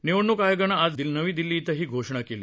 निवडणूक आयोगानं आज नवी दिल्ली इथं ही घोषणा केली